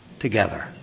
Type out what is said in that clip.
together